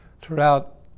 throughout